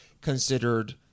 considered